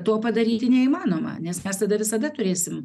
to padaryti neįmanoma nes mes tada visada turėsim